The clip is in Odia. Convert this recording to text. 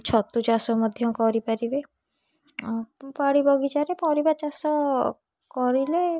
ଛତୁ ଚାଷ ମଧ୍ୟ କରିପାରିବେ ବାଡ଼ି ବଗିଚାରେ ପରିବା ଚାଷ କରିଲେ